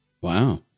Wow